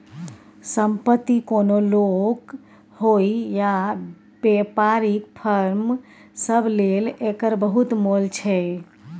संपत्ति कोनो लोक होइ या बेपारीक फर्म सब लेल एकर बहुत मोल छै